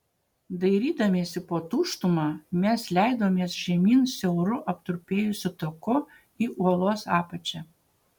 dairydamiesi po tuštumą mes leidomės žemyn siauru aptrupėjusiu taku į uolos apačią